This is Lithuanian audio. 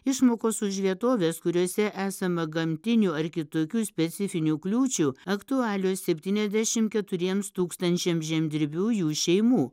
išmokos už vietoves kuriose esama gamtinių ar kitokių specifinių kliūčių aktualios septyniasdešimt keturiems tūkstančiams žemdirbių jų šeimų